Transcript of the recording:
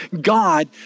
God